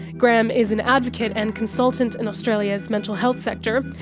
graham is an advocate and consultant in australia's mental health sector.